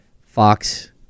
Fox